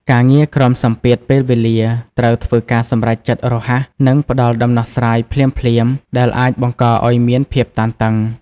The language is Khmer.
ការងារក្រោមសម្ពាធពេលវេលា ត្រូវធ្វើការសម្រេចចិត្តរហ័ស និងផ្ដល់ដំណោះស្រាយភ្លាមៗ ដែលអាចបង្កឱ្យមានភាពតានតឹង។